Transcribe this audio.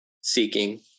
seeking